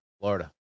Florida